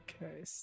Okay